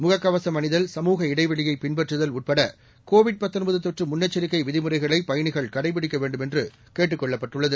முகக் கவசம் அணிதல் சமூக இடைவெளி பின்பற்றுதல் உள்பட கோவிட் தொற்று முன்னெச்சரிக்கை விதிமுறைகளை பயணிகள் கடைபிடிக்க வேண்டும் என்று கேட்டு கொள்ளப்பட்டுள்ளது